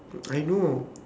I know